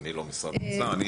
הוא בזום?